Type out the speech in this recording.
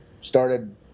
started